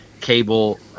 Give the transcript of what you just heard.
cable